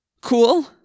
Cool